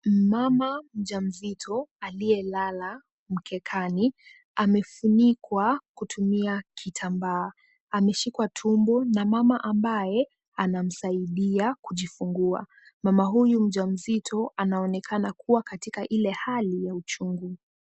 Mama mjamzito aliyelala mkekani amefunikwa kutumia kitambaa. Ameshikwa tumbo na mama ambaye anamsaidia kujifungua. Mama huyu mjamzito anaonekana kuwa katika ile hali ya uchungu.